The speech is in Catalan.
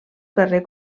carrer